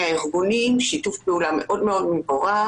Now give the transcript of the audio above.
הארגונים שיש ביניהם שיתוף פעולה מאוד מבורך.